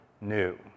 new